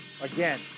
Again